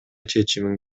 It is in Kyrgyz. чечимин